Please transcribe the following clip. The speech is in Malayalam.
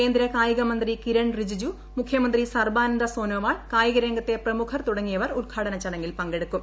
കേന്ദ്ര കായികമന്ത്രി കിരൺ റിജിജു മുഖ്യമന്ത്രി സർബാനന്ദ സോനോവാൾ കായിക രംഗത്തെ പ്രമുഖർ തുടങ്ങിയവർ ഉദ്ഘാടന ചടങ്ങിൽ പങ്കെടുക്കും